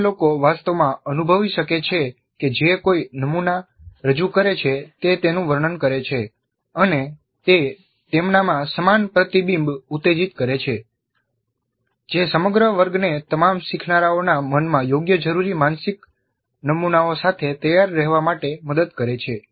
અન્ય લોકો વાસ્તવમાં અનુભવી શકે છે કે જે કોઈ નમુના રજૂ કરે છે તે તેનું વર્ણન કરે છે અને તે તેમનામાં સમાન પ્રતિબિંબ ઉત્તેજિત કરે છે જે સમગ્ર વર્ગને તમામ શીખનારાઓના મનમાં યોગ્ય જરૂરી માનસિક નમૂનાઓસાથે તૈયાર રહેવા માટે મદદ કરે છે